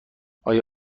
آیا